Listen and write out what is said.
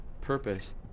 purpose